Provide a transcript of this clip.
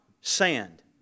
sand